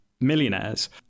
millionaires